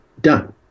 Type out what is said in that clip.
Done